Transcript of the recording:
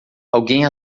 alguém